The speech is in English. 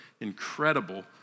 incredible